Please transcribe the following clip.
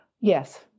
yes